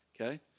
Okay